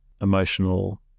emotional